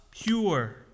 Pure